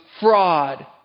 fraud